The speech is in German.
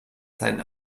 sein